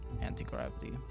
Anti-gravity